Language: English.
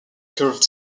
curved